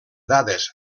dades